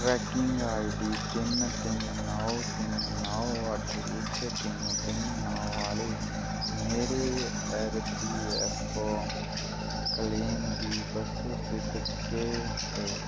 trekking ID डी तिन्न तिन्न नौ तिन्न नौ अट्ठ इक तिन्न तिन्न नौ आह्ले मेरे R P F O claim दी वस्तु स्थिति केह् ऐ